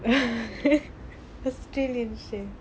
australian chef